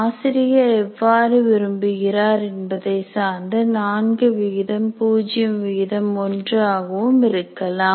ஆசிரியர் எவ்வாறு விரும்புகிறார் என்பதை சார்ந்து 401 ஆகவும் இருக்கலாம்